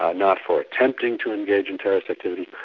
not not for attempting to engage in terrorist activity,